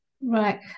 Right